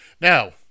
now